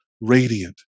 radiant